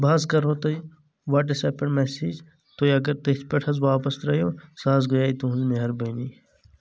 بہٕ حظ کرو تۄہہِ وٹٕس ایپ پٮ۪ٹھ میسیج تُہۍ اگر تٔتھۍ پٮ۪ٹھ حظ واپس ترٛٲیِو سُہ حظ گٔیاے تُہنٛز مہربٲنی